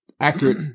accurate